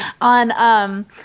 on